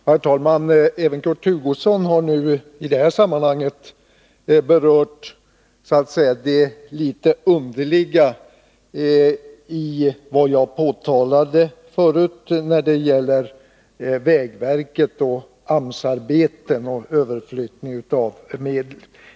Herr talman! Även Kurt Hugosson har nu berört det jag påtalade, dvs. det något underliga i detta med vägverket när det gäller AMS-arbeten och överflyttning av medel.